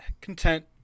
content